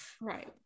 Right